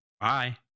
Bye